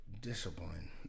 discipline